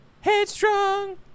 Headstrong